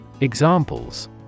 Examples